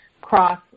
cross